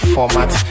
Format